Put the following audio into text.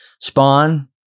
Spawn